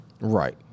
Right